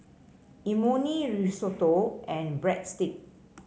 Imoni Risotto and Breadsticks